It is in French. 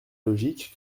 logique